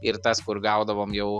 ir tas kur gaudavom jau